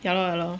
ya lor ya lor